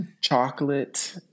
chocolate